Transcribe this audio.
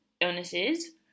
illnesses